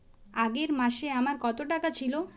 আগের মাসে আমার কত টাকা ছিল?